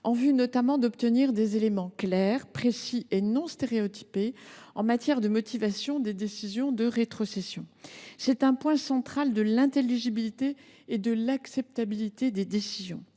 en vue notamment d’obtenir des éléments clairs, précis et non stéréotypés sur la motivation des décisions de rétrocession. C’est un point central pour assurer l’intelligibilité et l’acceptabilité des décisions.